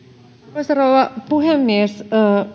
arvoisa rouva puhemies